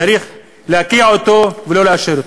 צריך להוקיע אותו ולא לאשר אותו.